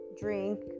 drink